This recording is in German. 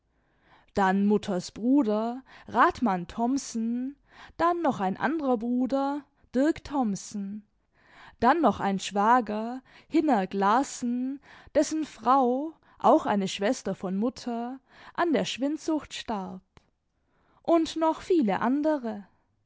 dann mutters bruder ratmann thomsen dann noch ein anderer bruder dirk thomsen dann noch ein schwager hinnerk larsen dessen frau auch eine schwester von mutter an der schwindsucht starb und noch viele andere